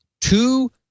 two